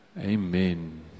Amen